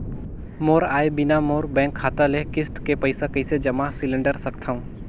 मोर आय बिना मोर बैंक खाता ले किस्त के पईसा कइसे जमा सिलेंडर सकथव?